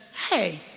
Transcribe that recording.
hey